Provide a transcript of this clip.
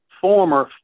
former